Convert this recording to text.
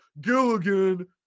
gilligan